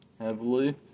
heavily